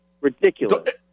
ridiculous